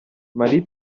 mali